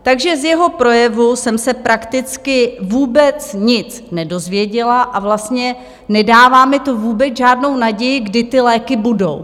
Takže z jeho projevu jsem se prakticky vůbec nic nedozvěděla a vlastně nedává mi to vůbec žádnou naději, kdy ty léky budou.